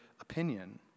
opinion